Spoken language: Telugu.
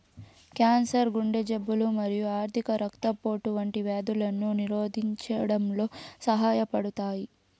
క్యాన్సర్, గుండె జబ్బులు మరియు అధిక రక్తపోటు వంటి వ్యాధులను నిరోధించడంలో సహాయపడతాయి